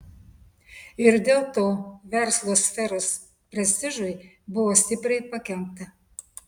ir dėl to verslo sferos prestižui buvo stipriai pakenkta